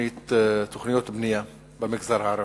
תוכניות בנייה במגזר הערבי.